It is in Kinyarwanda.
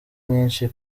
nyinshi